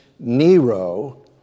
Nero